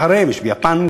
ביפן,